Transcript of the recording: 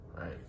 right